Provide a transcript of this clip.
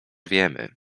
wiemy